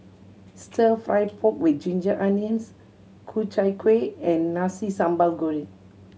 Stir Fry pork with ginger onions Ku Chai Kueh and Nasi Sambal Goreng